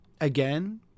again